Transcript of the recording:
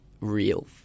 real